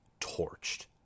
torched